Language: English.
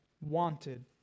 wanted